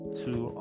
two